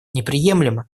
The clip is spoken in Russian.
неприемлемо